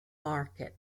market